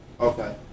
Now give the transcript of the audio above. Okay